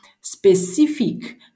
specific